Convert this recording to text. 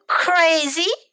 crazy